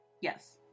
Yes